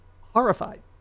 horrified